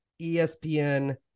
ESPN